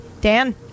Dan